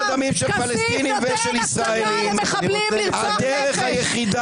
כסיף נותן הצדקה למחבלים לרצוח שוב.